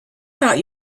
about